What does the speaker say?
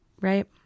Right